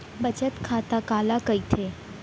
बचत खाता काला कहिथे?